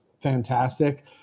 fantastic